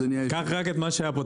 קח רק את מה שהיה פה,